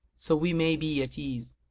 so we may be at ease.